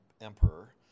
Emperor